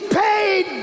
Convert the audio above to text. paid